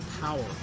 power